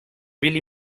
billy